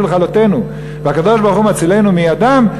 לכלותנו והקדוש-ברוך-הוא מצילנו מידם.